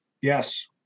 Yes